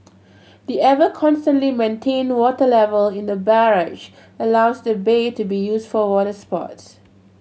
the ever constantly maintained water level in the barrage allows the bay to be used for water sports